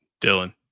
Dylan